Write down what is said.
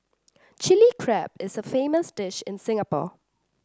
Chilli Crab is a famous dish in Singapore